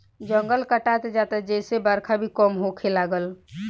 जंगल कटात जाता जेसे बरखा भी कम होखे लागल